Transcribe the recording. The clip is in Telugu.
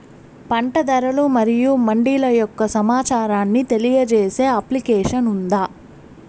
పంట ధరలు మరియు మండీల యొక్క సమాచారాన్ని తెలియజేసే అప్లికేషన్ ఉందా?